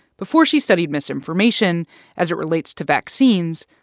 before she studied misinformation as it relates to vaccines,